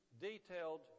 detailed